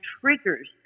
triggers